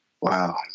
Wow